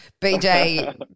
BJ